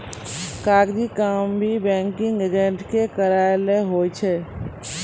कागजी काम भी बैंकिंग एजेंट के करय लै होय छै